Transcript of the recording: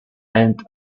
end